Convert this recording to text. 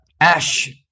Ash